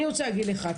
אני רוצה להגיד לך,